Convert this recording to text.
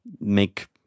make